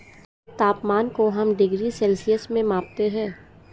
तापमान को हम डिग्री सेल्सियस में मापते है